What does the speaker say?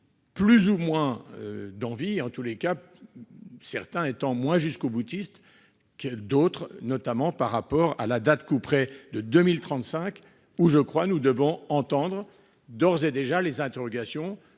Plus ou moins d'envie en tous les cas. Certain étant moins jusqu'au-boutiste que d'autres, notamment par rapport à la date couperet de 2035 ou je crois. Nous devons entendre d'ores et déjà les interrogations.